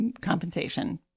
compensation